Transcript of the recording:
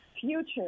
future